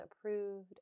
approved